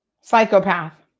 psychopath